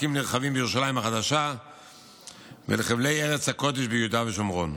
לחלקים נרחבים בירושלים החדשה ולחבלי ארץ הקודש ביהודה ושומרון.